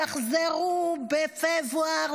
תחזרו בפברואר,